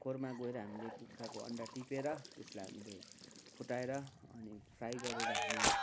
खोरमा गएर हामीले कुखुराको अण्डा टिपेर त्यसलाई हामीले फुटाएर अनि फ्राई गरेर हामी